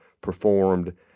performed